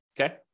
Okay